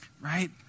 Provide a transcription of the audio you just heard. right